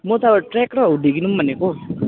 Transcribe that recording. म त ट्रयाक र हुडी किनौँ भनेको